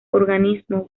organismo